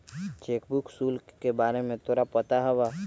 Cheque book शुल्क के बारे में तोरा पता हवा?